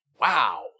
Wow